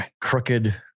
crooked